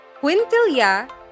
quintilia